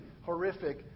horrific